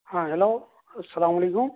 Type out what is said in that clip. ہاں ہیلو سلام علیکم